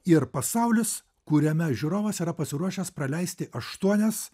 ir pasaulis kuriame žiūrovas yra pasiruošęs praleisti aštuonias